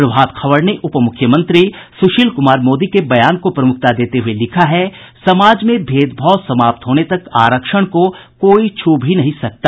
प्रभात खबर ने उपमुख्यमंत्री सुशील कुमार मोदी के बयान को प्रमुखता देते हुये लिखा है समाज में भेदभाव समाप्त होने तक आरक्षण को कोई छू भी नहीं सकता